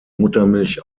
muttermilch